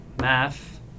math